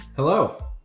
Hello